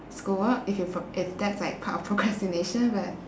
schoolwork if it if that's like part of procrastination but